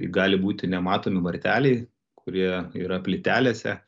gali būti nematomi varteliai kurie yra plytelėse